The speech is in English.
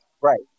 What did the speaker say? Right